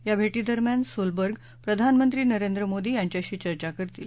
या भेटीदरम्यान सोलबर्ग प्रधानमंत्री नरेंद्र मोदी यांच्याशी चर्चा करतील